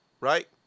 right